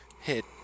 hit